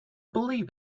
believe